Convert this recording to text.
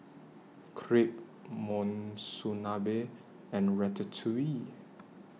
Crepe Monsunabe and Ratatouille